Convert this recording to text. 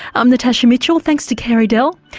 i'm natasha mitchell, thanks to carey dell.